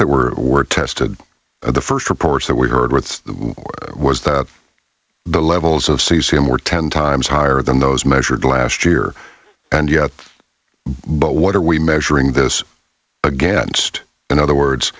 that were or tested the first reports that we heard words was that the levels of sees him were ten times higher than those measured last year and yet what are we measuring this against in other words